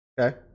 Okay